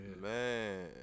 man